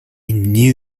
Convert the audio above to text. knew